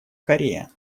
корея